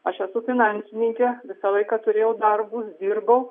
aš esu finansininkė visą laiką turėjau darbus dirbau